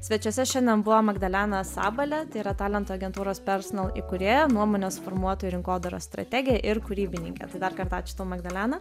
svečiuose šiandien buvo magdalena sabalė tai yra talentų agentūros personal įkūrėja nuomonės formuotojų rinkodaros strategė ir kūrybininkė tai dar kartą ačiū magdalena